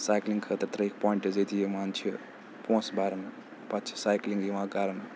cycling خٲطرٕ ترٛیٚکھ points ییٚتہِ یِوان چھِ پونٛسہٕ بَرٕنہٕ پَتہٕ چھِ سایکلِنٛگ یِوان کَرُن